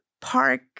park